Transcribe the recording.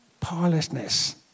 powerlessness